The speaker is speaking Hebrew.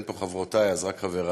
אין פה חברותי אז רק חברי,